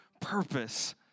purpose